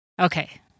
Okay